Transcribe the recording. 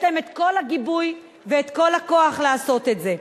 להם את כל הגיבוי ואת כל הכוח לעשות את זה.